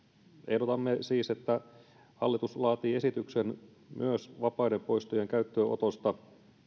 ehdotamme siis että hallitus laatii esityksen myös vapaiden poistojen käyttöönotosta